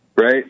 right